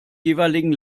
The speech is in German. jeweiligen